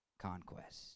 conquest